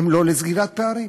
היא לא לסגירת פערים,